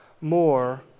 more